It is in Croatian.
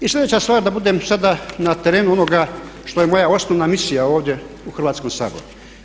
I sljedeća stvar da budem sada na terenu onoga što je moja osnovna misija ovdje u Hrvatskom saboru.